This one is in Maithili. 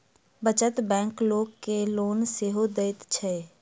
बचत बैंक लोक के लोन सेहो दैत छै